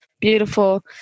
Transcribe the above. beautiful